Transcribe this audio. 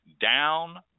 down